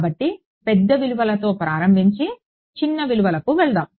కాబట్టి పెద్ద విలువలతో ప్రారంభించి చిన్న విలువలకు వెళ్దాం